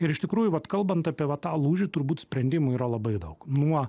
ir iš tikrųjų vat kalbant apie va tą lūžį turbūt sprendimų yra labai daug nuo